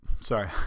Sorry